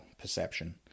perception